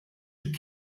dik